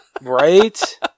right